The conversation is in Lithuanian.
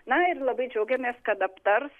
na ir labai džiaugiamės kad aptars